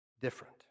different